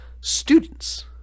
students